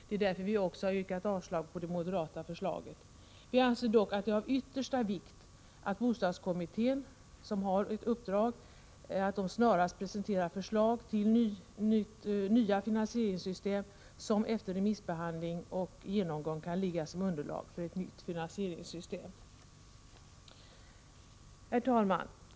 Det är också därför vi har yrkat avslag på det moderata förslaget. Vi anser dock att det är av yttersta vikt att bostadskommittén, som har ett uppdrag, snarast presenterar förslag till nya finansieringssystem som efter remissbehandling och genomgång kan ligga som underlag för ett nytt finansieringssystem. Herr talman!